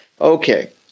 Okay